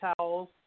towels